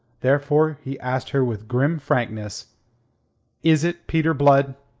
therefore he asked her with grim frankness is it peter blood?